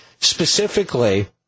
specifically